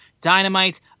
Dynamite